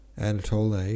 Anatole